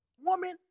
woman